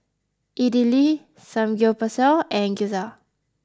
Idili Samgeyopsal and Gyoza